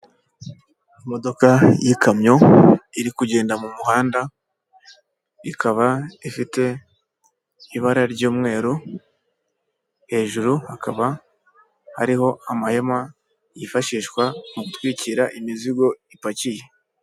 Imodoka y'ikamyo iri kugenda mu muhanda, ikaba ifite ibara ry'umweru, hejuru hakaba hariho amahema yifashishwa mu gutwikira imizigo ipakiye.